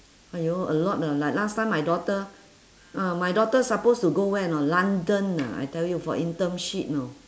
!aiyo! a lot leh like last time my daughter ah my daughter suppose to go where or not london ah I tell you for internship you know